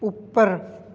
ਉੱਪਰ